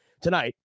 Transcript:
tonight